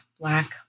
black